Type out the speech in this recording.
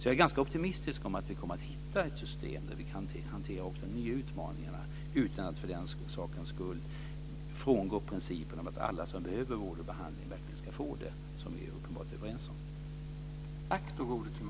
Jag är ganska optimistisk om att vi kommer att hitta ett system där vi också kan hantera nya utmaningar utan att för den skull frångå principen om att alla som behöver vård och behandling verkligen ska få det, och det är vi ju uppenbart överens om.